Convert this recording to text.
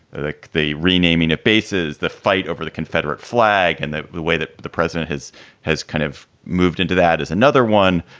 ah the the renaming of bases, the fight over the confederate flag and the way that the president has has kind of moved into that is another one.